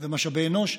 ומשאבי אנוש,